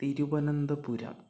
Thiruvananthapuram